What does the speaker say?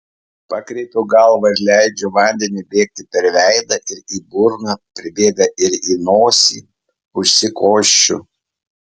pakreipiu galvą ir leidžiu vandeniui bėgti per veidą ir į burną pribėga ir į nosį užsikosčiu